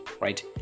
right